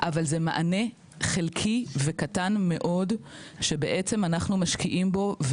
אבל זה מענה חלקי וקטן מאוד שבעצם אנחנו משקיעים בו.